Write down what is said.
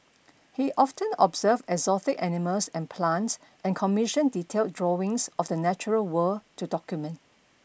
he often observed exotic animals and plants and commissioned detailed drawings of the natural world to document